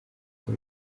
uko